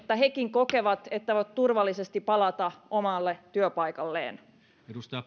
kokevat että voivat turvallisesti palata omalle työpaikalleen edustaja